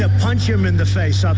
ah punch him in the face, i'll